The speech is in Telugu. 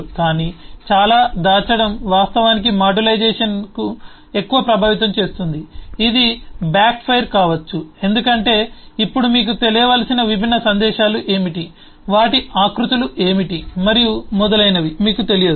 కానీ చాలా దాచడం వాస్తవానికి మాడ్యులైజేషన్ను ఎక్కువగా ప్రభావితం చేస్తుంది ఇది బ్యాక్ఫైర్ కావచ్చు ఎందుకంటే ఇప్పుడు మీకు తెలియవలసిన విభిన్న సందేశాలు ఏమిటి వాటి ఆకృతులు ఏమిటి మరియు మొదలైనవి మీకు తెలియదు